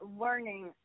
learning